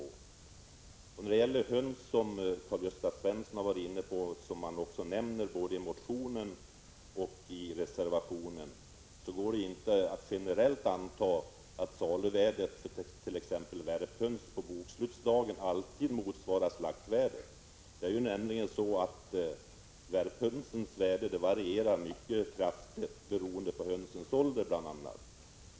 Beträffande de hönserier som Karl-Gösta Svenson har åberopat i motionen och som även nämns i reservationen går det inte att generellt anta att saluvärdet på t.ex. värphöns alltid motsvarar slaktvärdet på bokslutsdagen. Värphönsens värde varierar nämligen mycket kraftigt, bl.a. beroende på hönsens ålder.